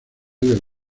del